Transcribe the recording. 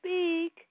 speak